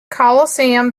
coliseum